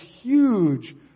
huge